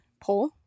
poll